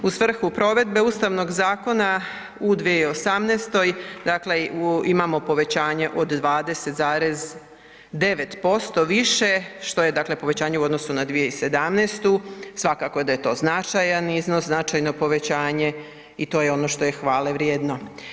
U svrhu provedbe Ustavnog zakona u 2018., dakle imamo povećanje od 20,9% više što je dakle povećanje u odnosu na 2017., svakako da je to značajan iznos, značajno povećanje i to je ono što je hvalevrijedno.